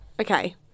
Okay